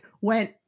went